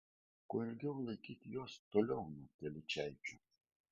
kuo ilgiau laikyk juos toliau nuo telyčaičių